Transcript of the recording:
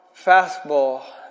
fastball